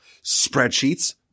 Spreadsheets